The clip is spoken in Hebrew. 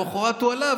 ולמוחרת הוא עלה,